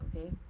Okay